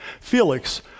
Felix